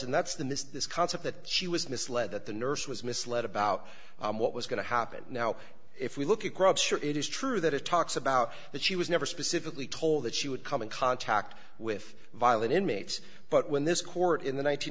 and that's the miss this concept that she was misled that the nurse was misled about what was going to happen now if we look across sure it is true that it talks about that she was never specifically told that she would come in contact with violent inmates but when this court in the